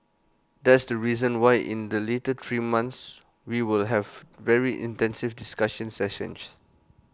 that's the reason why in the later three months we will have very intensive discussion sessions